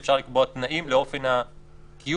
אפשר לקבוע תנאים לאופן הקיום שלה.